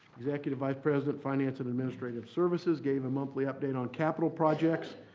executive vice president finance and administrative services, gave a monthly update on capital projects,